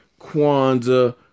kwanzaa